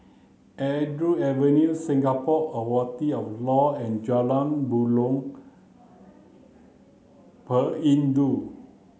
Andrews Avenue Singapore of Law and Jalan Buloh Perindu